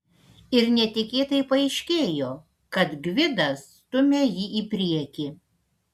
ir netikėtai paaiškėjo kad gvidas stumia jį į priekį